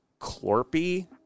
Clorpy